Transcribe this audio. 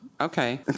Okay